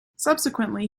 subsequently